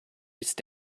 ist